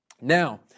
Now